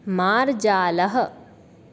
मार्जालः